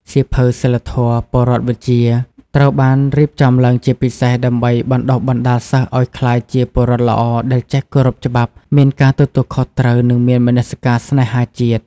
សៀវភៅ សីលធម៌-ពលរដ្ឋវិជ្ជា ត្រូវបានរៀបចំឡើងជាពិសេសដើម្បីបណ្ដុះបណ្ដាលសិស្សឱ្យក្លាយជាពលរដ្ឋល្អដែលចេះគោរពច្បាប់ មានការទទួលខុសត្រូវ និងមានមនសិការស្នេហាជាតិ។